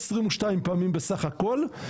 22 פעמים בסך הכול,